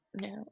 No